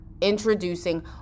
introducing